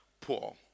poor